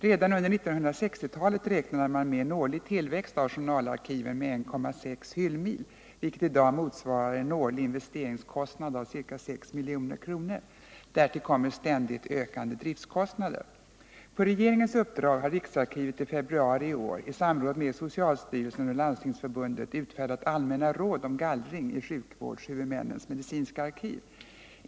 Redan under 1960 talet räknade man med en årlig tillväxt av journalarkiven med 1,6 hyllmil, vilket i dag motsvarar en årlig investeringskostnad av ca 6 milj.kr. Därtill kommer ständigt ökande driftkostnader. På regeringens uppdrag har riksarkivet i februari i år i samråd med socialstyrelsen och Landstingsförbundet utfärdat allmänna råd om gallring i sjukvårdshuvudmännens medicinska arkiv.